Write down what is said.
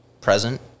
present